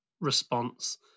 response